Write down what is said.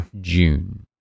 June